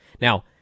Now